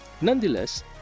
Nonetheless